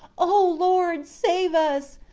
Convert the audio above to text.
o lord, save us!